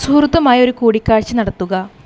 സുഹൃത്തുമായി ഒരു കൂടിക്കാഴ്ച നടത്തുക